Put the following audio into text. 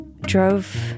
drove